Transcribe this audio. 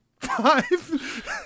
Five